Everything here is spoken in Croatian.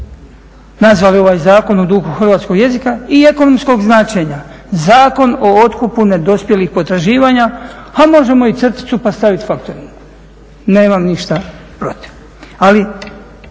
nazvali ovaj zakon u duhu hrvatskoj jezika i ekonomskog značenja, zakon o otkupu nedospjelih potraživanja, a možemo i crticu pa staviti faktoring, nemam ništa protiv.